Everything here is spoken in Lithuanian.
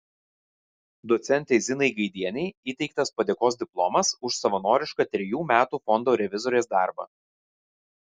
docentei zinai gaidienei įteiktas padėkos diplomas už savanorišką trejų metų fondo revizorės darbą